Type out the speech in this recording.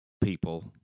people